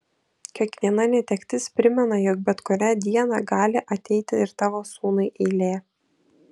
kiekviena netektis primena jog bet kurią dieną gali ateiti ir tavo sūnui eilė